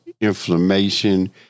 Inflammation